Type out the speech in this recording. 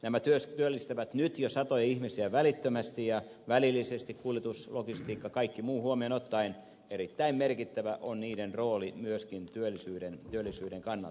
nämä työllistävät nyt jo satoja ihmisiä välittömästi ja välillisesti kuljetuslogistiikka kaikki muu huomioon ottaen erittäin merkittävä on niiden rooli myöskin työllisyyden kannalta